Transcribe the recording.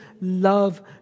love